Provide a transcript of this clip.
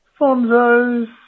Fonzo's